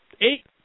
Eight